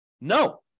No